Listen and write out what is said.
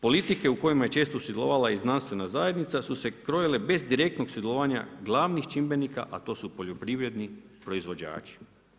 Politike u kojima je često sudjelovala i znanstvena zajednica su se krojile bez direktnog sudjelovanja glavnih čimbenika a to su poljoprivredni proizvođači.